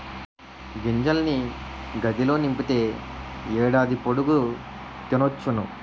గింజల్ని గాదిలో నింపితే ఏడాది పొడుగు తినొచ్చును